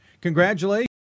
Congratulations